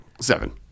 seven